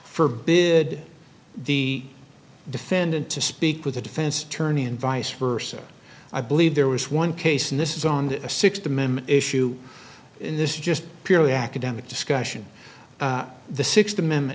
forbid the defendant to speak with a defense attorney and vice versa i believe there was one case and this is on the sixth amendment issue in this just purely academic discussion the sixth amendment